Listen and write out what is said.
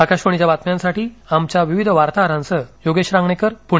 आकाशवाणीच्या बातम्यांसाठी आमच्या विविध वार्ताहरांसह योगेश रांगणेकर पुणे